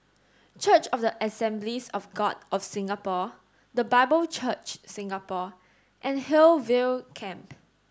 church of the Assemblies of God of Singapore The Bible Church Singapore and Hillview Camp